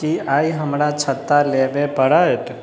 की आइ हमरा छत्ता लेबे पड़त